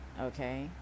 okay